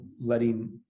letting